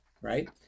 right